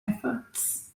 efforts